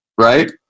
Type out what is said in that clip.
right